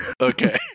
Okay